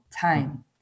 time